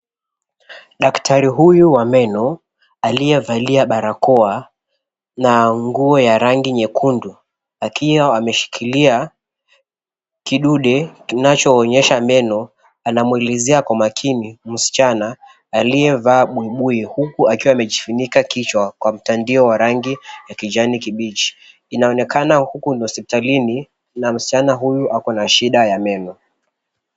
Daktari huyu wa meno aliyevalia barakoa na nguo ya rangi nyekundu akiwa ameshikilia kidude kinachoonyesha meno anamuelezea kwa makini msichana aliyevaa buibui huku akiwa amejifunika kichwa kwa mtandio wa rangi kijani kibichi inaonekana huku ndio hosipitalini na msichana huyo ako na shida ya meno.